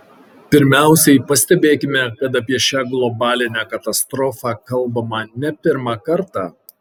pirmiausiai pastebėkime kad apie šią globalinę katastrofą kalbama ne pirmą kartą